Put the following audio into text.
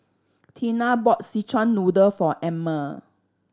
Tina bought Szechuan Noodle for Emmer